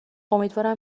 امیدوارم